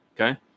okay